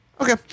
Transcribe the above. Okay